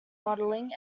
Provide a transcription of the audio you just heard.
modelling